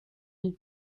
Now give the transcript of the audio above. lui